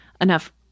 enough